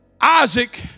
Isaac